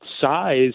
size